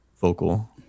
vocal